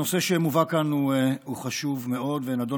הנושא שמובא כאן הוא חשוב מאוד ונדון